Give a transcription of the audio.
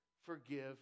Forgive